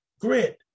Grit